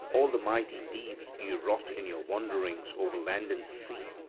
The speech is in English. all the mighty deeds ye wrought in your wanderings over land and sea.